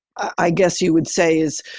i guess you would say is,